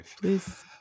please